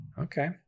Okay